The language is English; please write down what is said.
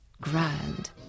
Grand